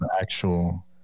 actual